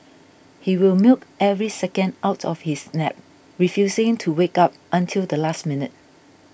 he will milk every second out of his nap refusing to wake up until the last minute